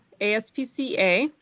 ASPCA